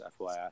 FYI